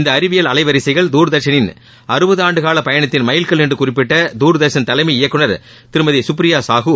இந்த அறிவியல் அலைவரிசைகள் துர்தர்ஷனின் அறுபது ஆண்டுகால பயணத்தின் மைல்கல் என்று குறிப்பிட்ட தூர்தர்ஷன் தலைமை இயக்குநர் திருமதி சுப்ரியா சாகு